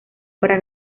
para